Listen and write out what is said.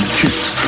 kicks